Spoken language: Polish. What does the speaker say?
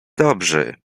dobrzy